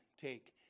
take